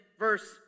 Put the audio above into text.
verse